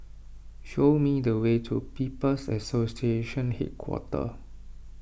show me the way to People's Association Headquarters